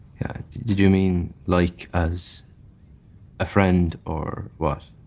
yeah. did you mean like as a friend or was